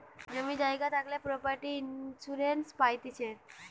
জমি জায়গা থাকলে প্রপার্টি ইন্সুরেন্স পাইতিছে